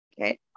Okay